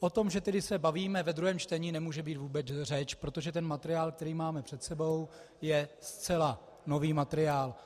O tom, že se tedy bavíme ve druhém čtení, nemůže být vůbec řeč, protože ten materiál, který máme před sebou, je zcela nový materiál.